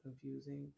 confusing